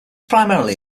primarily